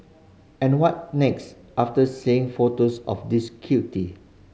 and what next after seeing photos of this cutie